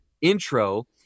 intro